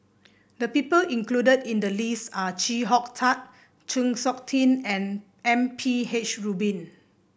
the people included in the list are Chee Hong Tat Chng Seok Tin and M P H Rubin